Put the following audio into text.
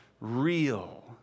real